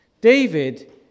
David